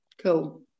cool